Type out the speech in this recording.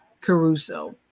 Caruso